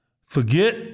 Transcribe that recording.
Forget